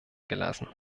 gelassen